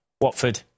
Watford